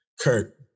Kurt